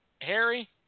Harry